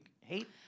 hate